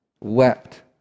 wept